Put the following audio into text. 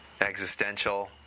existential